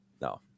no